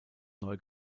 neu